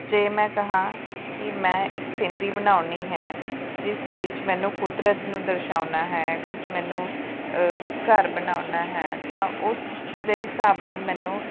ਜੇ ਮੈਂ ਕਹਾਂ ਕਿ ਮੈਂ ਇੱਕ ਸੀਨਰੀ ਬਣਾਉਣੀ ਹੈ ਜਿਸ ਵਿੱਚ ਮੈਨੂੰ ਕੁਦਰਤ ਨੂੰ ਦਰਸਾਉਣਾ ਹੈ ਕੁਛ ਮੈਨੂੰ ਘਰ ਬਣਾਉਣਾ ਹੈ ਤਾਂ ਉਸ ਦੇ ਹਿਸਾਬ ਨਾਲ ਮੈਨੂੰ